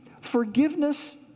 forgiveness